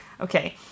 Okay